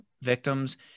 victims